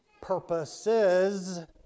purposes